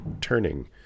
turning